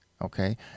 okay